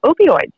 opioids